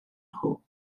nhw